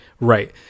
Right